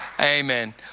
Amen